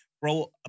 Bro